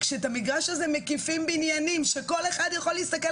שאותו מקיפים בניינים כשכל אחד יכול להסתכל